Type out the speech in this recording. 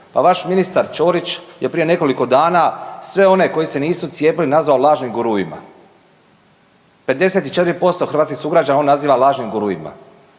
Pa vaš ministar Ćorić je prije nekoliko dana sve one koji se nisu cijepili nazvao lažnim guruima. 54% hrvatskih sugrađana on naziva lažnim guruima.